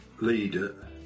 leader